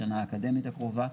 בשנה האקדמית הקרובה,